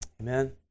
Amen